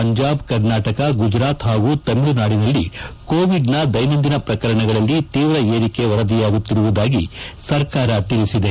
ಪಂಜಾಬ್ ಕರ್ನಾಟಕ ಗುಜರಾತ್ ಪಾಗೂ ತಮಿಳುನಾಡಿನಲ್ಲಿ ಕೋವಿಡ್ನ ದೈನಂದಿನ ಪ್ರಕರಣಗಳಲ್ಲಿ ತೀವ್ರ ಏರಿಕೆಯ ವರದಿಯಾಗುತ್ತಿರುವುದಾಗಿ ಸರ್ಕಾರ ತಿಳಬದೆ